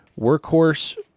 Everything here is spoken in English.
Workhorse